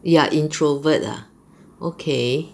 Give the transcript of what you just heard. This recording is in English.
you are introvert ah okay